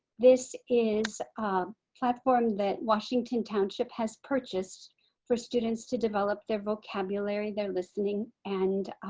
this is a platform that washington township has purchased for students to develop their vocabulary, their listening and